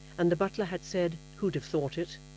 and the butler had said who'd have thought it,